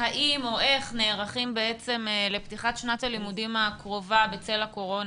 האם או איך נערכים לפתיחת שנת הלימודים הקרובה בצל הקורונה.